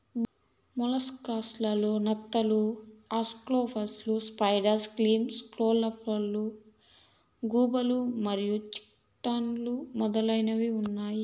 mollusc లలో నత్తలు, ఆక్టోపస్లు, స్క్విడ్, క్లామ్స్, స్కాలోప్స్, గుల్లలు మరియు చిటాన్లు మొదలైనవి ఉన్నాయి